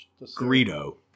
Greedo